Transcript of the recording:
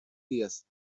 días